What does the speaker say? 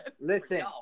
Listen